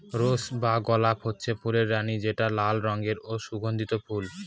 rose বা গলাপ হচ্ছে ফুলের রানী যেটা লাল রঙের ও সুগন্ধি ফুল